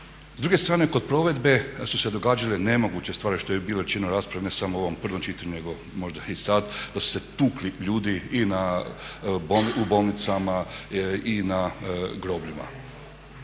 S druge strane kod provedbe su se događale nemoguće stvari, što je bilo rečeno u raspravi ne samo u ovom prvom čitanju nego možda i sad, da su se tukli ljudi i u bolnicama i na grobljima.